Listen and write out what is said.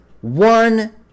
one